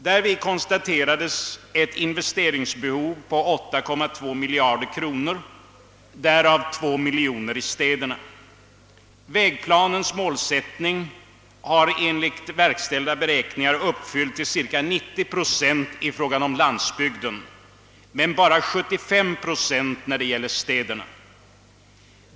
Därvid konstaterades ett investeringsbehov på 8,2 miljarder kronor, varav 2 miljarder i städerna. Vägplanens målsättning har enligt verkställda beräkningar uppnåtts till cirka 90 procent i fråga om landsbygden, men bara till cirka 75 procent när det gäller städerna.